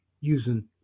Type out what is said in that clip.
using